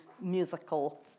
musical